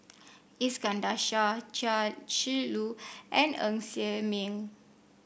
Iskandar Shah Chia Shi Lu and Ng Ser Miang